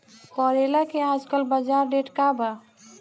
करेला के आजकल बजार रेट का बा?